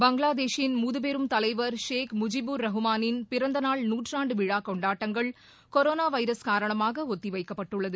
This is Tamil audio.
பங்களாதேஷின் ஷேக் தலைவர் முற்பூர் ரகுமானின் பிறந்தநாள் நூற்றாண்டுவிழாகொண்டாட்டங்கள் கொரோனாவைரஸ் காரணமாகஒத்திவைக்கப்பட்டுள்ளது